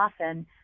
often